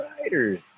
riders